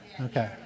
Okay